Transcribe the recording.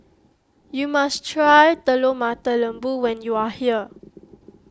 you must try Telur Mata Lembu when you are here